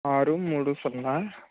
ఆరు మూడు సున్నా